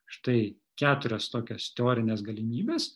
štai keturias tokias teorines galimybes